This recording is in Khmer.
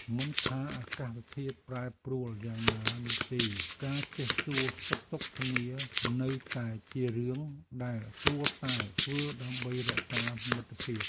មិនថាអាកាសធាតុប្រែប្រួលយ៉ាងណានោះទេ ការចេះសួរសុខទុក្ខគ្នានៅតែជារឿងដែលគួរតែធ្វើដើម្បីរក្សាមិត្តភាព។